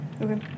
Okay